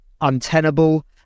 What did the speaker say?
untenable